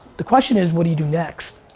the question is what do you do next?